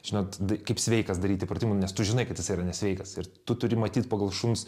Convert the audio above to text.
žinot d kaip sveikas daryti pratimų nes tu žinai kad jis yra nesveikas ir tu turi matyt pagal šuns